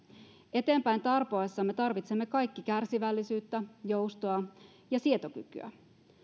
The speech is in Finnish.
eteenpäin tarpoessamme tarvitsemme kaikki kärsivällisyyttä joustoa ja sietokykyä